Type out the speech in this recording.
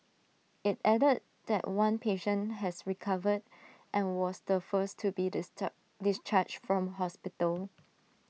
IT added that one patient has recovered and was the first to be disturb discharged from hospital